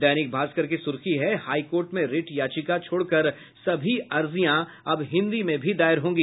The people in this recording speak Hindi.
दैनिक भास्कर की सुर्खी है हाईकोर्ट में रिट याचिका छोड़कर सभी अर्जियां अब हिन्दी में भी दायर होंगी